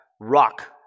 rock